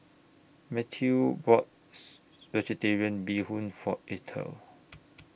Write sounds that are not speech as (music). Mathew bought (noise) Vegetarian Bee Hoon For Ethyl